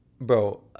Bro